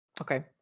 okay